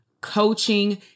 coaching